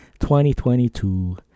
2022